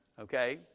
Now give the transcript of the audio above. Okay